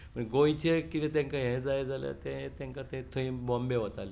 गोंयचें कितें तांकां हें जाय जाल्यार तांकां ते थंय बॉम्बे वताले